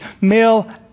male